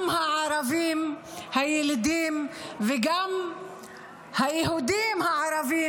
גם הערבים הילידים וגם היהודים הערבים,